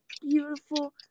beautiful